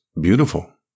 beautiful